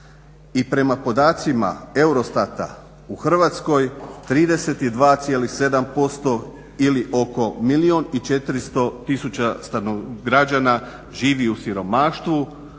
I prema podacima EUROSTATA u Hrvatskoj 32,7% ili oko milijun i 400 građana živi u siromaštvu,